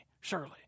surely